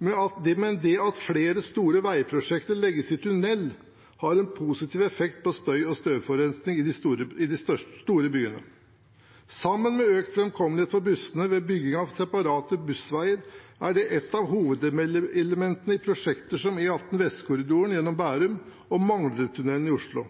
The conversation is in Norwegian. men det at flere store veiprosjekter legges i tunnel, har en positiv effekt på støy- og støvforurensningen i de store byene. Sammen med økt framkommelighet for bussene ved bygging av separate bussveier er det et av hovedelementene i prosjekter som E18 Vestkorridoren gjennom Bærum og Manglerudtunnelen i Oslo.